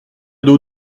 d’eau